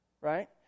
right